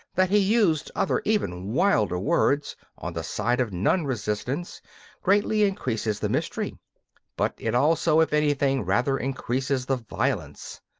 that he used other even wilder words on the side of non-resistance greatly increases the mystery but it also, if anything, rather increases the violence.